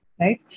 right